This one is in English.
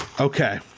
Okay